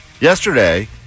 Yesterday